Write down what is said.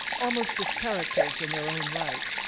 almost as characters in their own right.